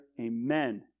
Amen